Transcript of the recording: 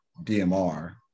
DMR